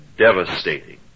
devastating